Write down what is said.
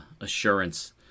assurance